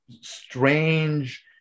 strange